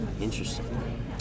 Interesting